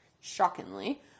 Shockingly